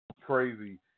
crazy